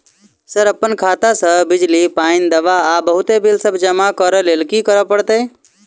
Sir अप्पन खाता सऽ बिजली, पानि, दवा आ बहुते बिल सब जमा करऽ लैल की करऽ परतै?